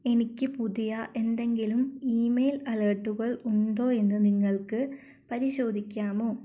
എനിക്ക് പുതിയ എന്തെങ്കിലും ഇമെയിൽ അലേർട്ടുകൾ ഉണ്ടോ എന്ന് നിങ്ങൾക്ക് പരിശോധിക്കാമോ